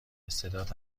استعداد